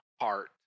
heart